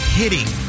hitting